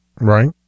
Right